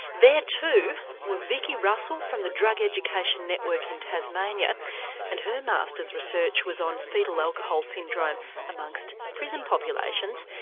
there too were vicki russell from the drug education network in tasmania and her masters research was on foetal alcohol syndrome amongst prison populations.